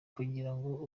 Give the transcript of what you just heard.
kugirango